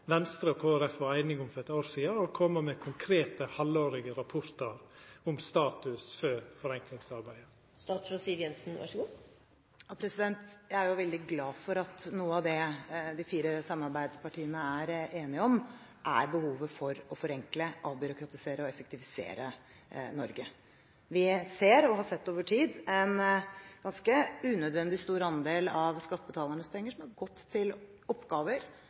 Venstre og Kristeleg Folkeparti vart einige om for eitt år sidan, og koma med konkrete halvårlege rapportar om statusen for forenklingsarbeidet. Jeg er veldig glad for at noe av det de fire samarbeidspartiene er enige om, er behovet for å forenkle, avbyråkratisere og effektivisere Norge. Vi ser og har sett over tid at en ganske unødvendig stor andel av skattebetalernes penger har gått til oppgaver